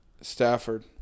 Stafford